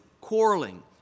quarreling